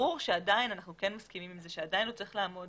ברור שאנחנו כן מסכימים עם זה שעדיין הוא צריך לעמוד